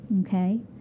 Okay